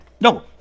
No